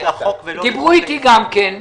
דיברו איתי גם כן.